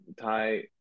thai